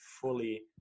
fully